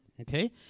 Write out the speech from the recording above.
okay